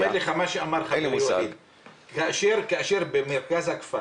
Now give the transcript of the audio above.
אני אומר לך מה שאמר --- כאשר הייתה אנטנה במרכז הכפר